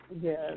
Yes